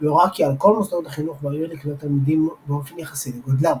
והורה כי על כל מוסדות החינוך בעיר לקלוט תלמידים באופן יחסי לגודלם.